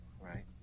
Right